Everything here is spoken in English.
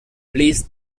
please